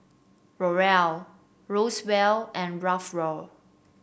Laurel Roswell and Raphael